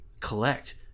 collect